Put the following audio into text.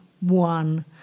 one